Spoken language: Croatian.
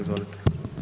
Izvolite.